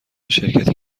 شرکتی